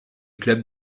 club